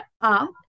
up